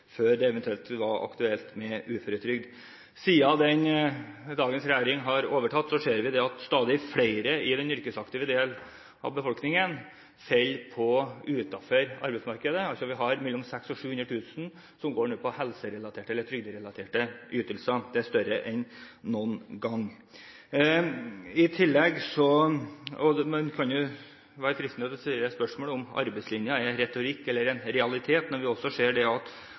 før det eventuelt ble aktuelt med uføretrygd. Siden dagens regjering har overtatt, ser vi at stadig flere i den yrkesaktive delen av befolkningen faller utenfor arbeidsmarkedet. Vi har nå mellom 600 000–700 000 som går på helse- eller trygderelaterte ytelser. Det tallet er større enn noen gang. Man kan jo være fristet til å stille spørsmål om hvorvidt «arbeidslinjen» er retorikk eller en realitet, når vi ser at